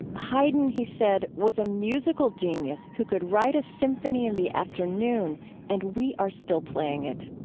haydn, he said, was a musical genius who could write a symphony in the afternoon and we are still playing it.